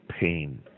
pain